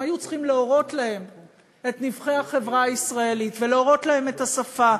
היו צריכים להורות להם את נבכי החברה הישראלית ולהורות להם את השפה,